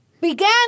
began